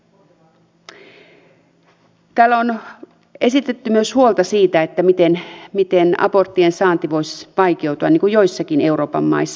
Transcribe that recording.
täällä on esitetty myös huolta siitä että aborttien saanti voisi vaikeutua niin kuin joissakin euroopan maissa